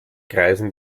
kreisen